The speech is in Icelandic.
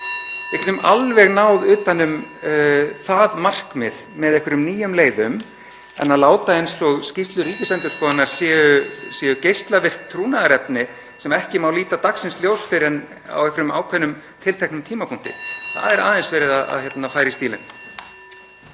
getum alveg náð utan um það markmið með einhverjum nýjum leiðum. En að láta eins og skýrslur Ríkisendurskoðunar (Forseti hringir.) séu geislavirk trúnaðarefni sem ekki mega líta dagsins ljós fyrr en á einhverjum ákveðnum, tilteknum tímapunkti — þá er aðeins verið að færa í stílinn.